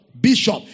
bishop